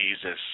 Jesus